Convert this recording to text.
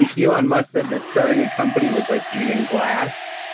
yeah elon musk said that starting a company was like eating glass,